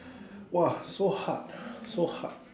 !wah! so hard so hard